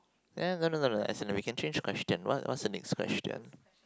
eh no no no no as in we can change the question what's what's the next question